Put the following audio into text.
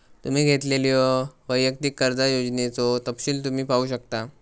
तुम्ही घेतलेल्यो वैयक्तिक कर्जा योजनेचो तपशील तुम्ही पाहू शकता